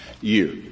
year